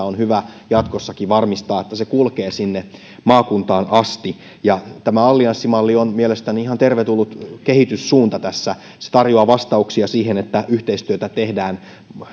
on hyvä jatkossakin varmistaa että tieto kustakin kunnasta kulkee sinne maakuntaan asti tämä allianssimalli on mielestäni ihan tervetullut kehityssuunta tässä se tarjoaa vastauksia siihen että yhteistyötä tehdään